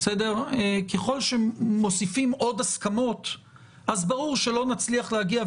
ככל שמוסיפים עוד הסכמות אז ברור שלא נצליח להגיע,